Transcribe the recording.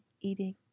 eating